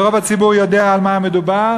ורוב הציבור יודע על מה מדובר.